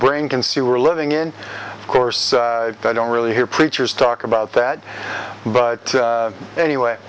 brain can see we're living in of course i don't really hear preachers talk about that but anyway